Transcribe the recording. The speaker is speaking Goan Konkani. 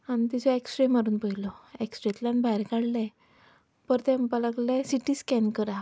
आनी तिचो एक्स्रे मारून पयलो एक्सरेंतल्यान भायर काडलें परते म्हणपाक लागले सी टी स्कॅन करा